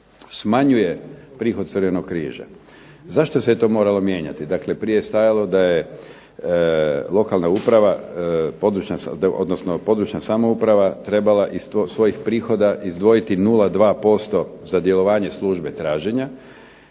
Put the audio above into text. smanjuje prihod Crvenog križa. Zašto se to moralo mijenjati, prije je stajalo da je lokalna uprava područna samouprava trebala iz svojih prihoda izdvojiti 0,2% za djelovanje službe traženja,